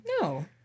No